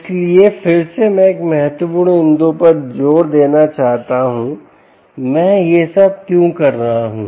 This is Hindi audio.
इसलिए फिर से मैं एक महत्वपूर्ण बिंदु पर जोर देना चाहता हूं मैं यह सब क्यों कर रहा हूं